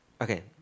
Okay